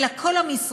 אלא כל המשרדים.